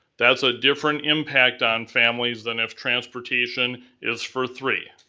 that's a different impact on families than if transportation is for three.